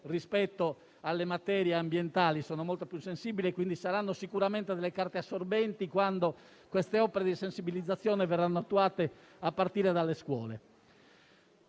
rispetto alle materie ambientali e, quindi, saranno sicuramente delle carte assorbenti quando queste opere di sensibilizzazione verranno attuate a partire dalle scuole.